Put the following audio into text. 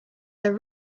their